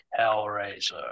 Hellraiser